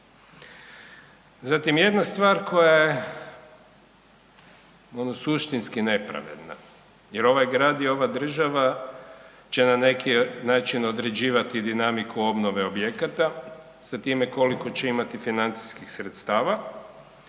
Zatim jedna stvar koja je ono suštinski nepravedna jer ovaj Grad i ova država će na neki način određivati dinamiku obnove objekata sa time koliko će imati financijskih sredstava,